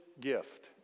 gift